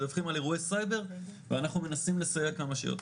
מדווחים על אירועי סייבר ואנחנו מנסים לסייע כמה שיותר.